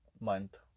month